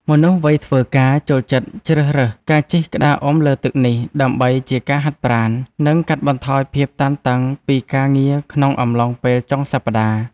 មនុស្សវ័យធ្វើការចូលចិត្តជ្រើសរើសការជិះក្តារអុំលើទឹកនេះ ដើម្បីជាការហាត់ប្រាណ និងកាត់បន្ថយភាពតានតឹងពីការងារក្នុងអំឡុងពេលចុងសប្ដាហ៍។